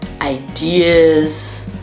ideas